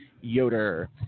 Yoder